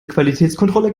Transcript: qualitätskontrolle